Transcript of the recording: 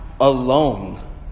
alone